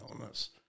illness